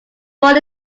born